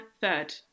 third